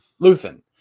Luthen